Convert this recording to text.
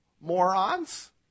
morons